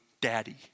daddy